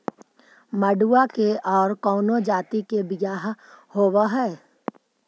मडूया के और कौनो जाति के बियाह होव हैं?